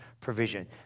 provision